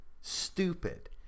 stupid